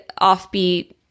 offbeat